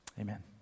amen